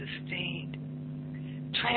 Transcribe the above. sustained